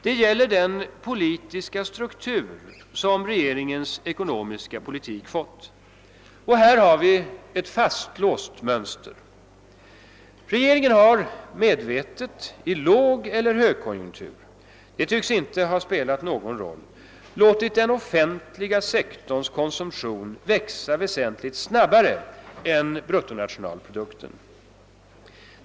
Det gäller den politiska struktur som regeringens ekonomiska politik fått. Här har vi ett fastlåst mönster. Regeringen har medvetet i lågeller högkonjunktur — det tycks inte ha spelat någon roll — låtit den offentliga sektorns konsumtion växa väsentligt snabbare än bruttonationalprodukten.